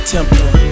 Temple